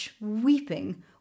weeping